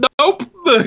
Nope